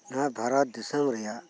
ᱱᱚᱣᱟ ᱵᱷᱟᱨᱚᱛ ᱫᱤᱥᱟᱹᱢ ᱨᱮᱭᱟᱜ